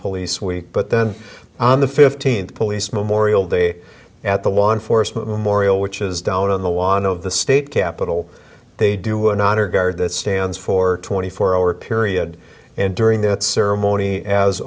police week but then on the fifteenth police memorial day at the law enforcement morial which is down on the water of the state capitol they do an honor guard that stands for twenty four hour period and during that ceremony as